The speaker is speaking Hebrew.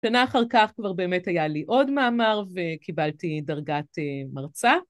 שנה אחר כך כבר באמת היה לי עוד מאמר וקיבלתי דרגת מרצה.